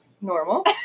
Normal